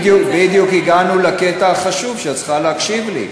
בדיוק הגענו לקטע החשוב שאת צריכה להקשיב לי.